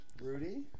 Rudy